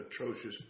atrocious